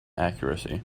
accuracy